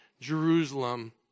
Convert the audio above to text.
Jerusalem